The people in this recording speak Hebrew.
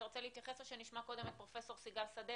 אתה רוצה להתייחס או שנשמע קודם את פרופסור סיגל סדצקי,